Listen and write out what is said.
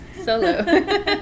Solo